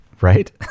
right